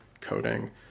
coding